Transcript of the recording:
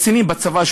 שני קצינים בצבא,